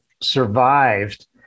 survived